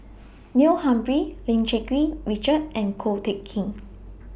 Neil Humphreys Lim Cherng Yih Richard and Ko Teck Kin